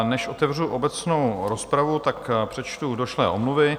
Než otevřu obecnou rozpravu, přečtu došlé omluvy.